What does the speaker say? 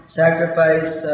sacrifice